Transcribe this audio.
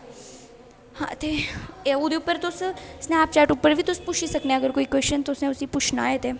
ते ओहदे उप्पर तुस स्नेपचैट उप्पर तुस बी पुच्छी सकने हो अगर कोई कोशन तुसें उस्सी पुच्छना होऐ ते